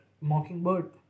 Mockingbird